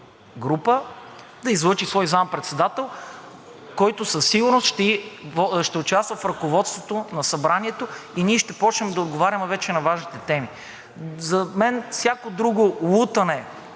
група да излъчи свой заместник-председател, който със сигурност ще участва в ръководството на Събранието, и ние ще почнем да отговаряме вече на важните теми. За мен, всяко друго лутане